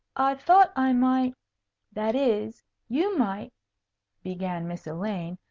thought i might that is you might began miss elaine,